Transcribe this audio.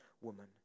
woman